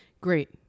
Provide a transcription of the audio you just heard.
Great